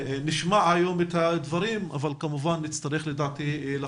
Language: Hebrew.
נשמע היום את הדברים אבל לדעתי כמובן